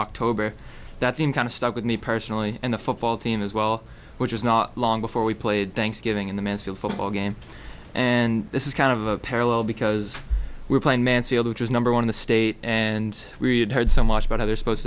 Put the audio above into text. october that theme kind of stuck with me personally and the football team as well which is not long before we played thanksgiving in the mansfield football game and this is kind of a parallel because we're playing mansfield which is number one in the state and we'd heard so much about other supposed